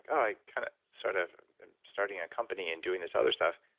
i kind of sort of starting a company and doing this other stuff.